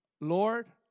Lord